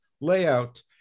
layout